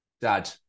Dad